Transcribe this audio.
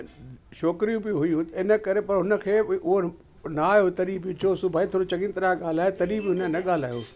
ऐं छोकिरियूं बि हुयूं इन करे पर हुनखे उहो ना आहियो तॾहिं बि चयोसि भई थोरी चङी तरह ॻाल्हाए तॾहिं बि हुन न ॻाल्हायो